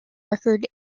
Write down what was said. record